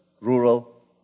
rural